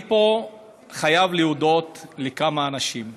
אני פה חייב להודות לכמה אנשים.